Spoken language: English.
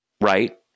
right